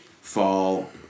fall